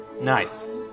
Nice